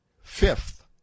fifth